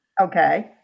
Okay